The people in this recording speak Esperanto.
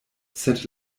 sed